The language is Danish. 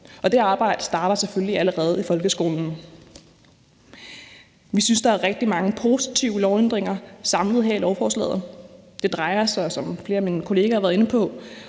og det arbejde starter selvfølgelig allerede i folkeskolen. Vi synes, der er rigtig mange positive lovændringer samlet her i lovforslaget. Det drejer sig, som flere af min kollegaer har været inde på,